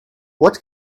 what